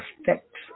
effects